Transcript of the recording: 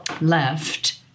left